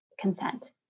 consent